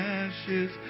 ashes